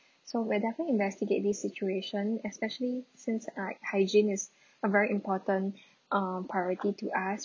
so we'll definitely investigate this situation especially since right hygiene is a very important uh priority to us